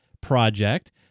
project